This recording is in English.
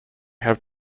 have